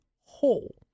whole